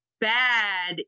bad